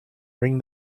ring